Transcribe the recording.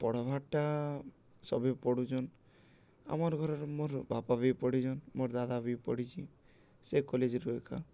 ପଢ଼ବାଟା ସବେ ପଢ଼ୁଛନ୍ ଆମର୍ ଘରର ମୋର ବାପା ବି ପଢ଼ିଛନ୍ ମୋର୍ ଦାଦା ବି ପଢ଼ିଛି ସେ କଲେଜରୁ ଏକା